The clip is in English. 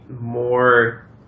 more